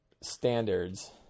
standards